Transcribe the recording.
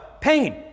Pain